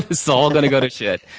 this is all gonna go to shit.